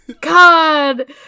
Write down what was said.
God